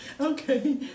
Okay